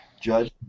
judge